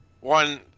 one